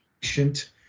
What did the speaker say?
patient